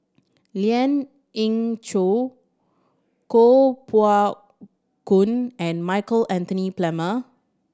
Lien Ying Chow Koh Poh Koon and Michael Anthony Palmer